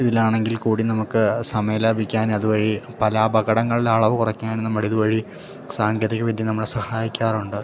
ഇതിലാണ് എങ്കിൽ കൂടി നമുക്ക് സമയം ലാഭിക്കാൻ അതുവഴി പല അപകടങ്ങളുടെ അളവ് കുറക്കാൻ നമ്മുടെ ഇത് വഴി സാങ്കേതിക വിദ്യ നമ്മളെ സഹായിക്കാറുണ്ട്